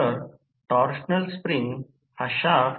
तर या प्रकरणात ट्रान्स रेश्यो K 3